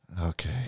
Okay